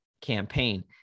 campaign